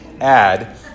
add